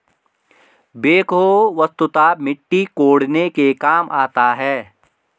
backhoe वस्तुतः मिट्टी कोड़ने के काम आता है